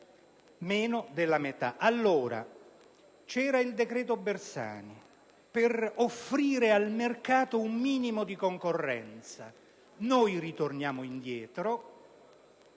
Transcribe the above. meno della metà. C'era il decreto Bersani, per offrire al mercato un minimo di concorrenza, e ora noi ritorniamo indietro.